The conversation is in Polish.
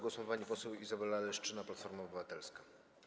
Głos ma pani poseł Izabela Leszczyna, Platforma Obywatelska.